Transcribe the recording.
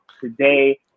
Today